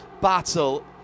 battle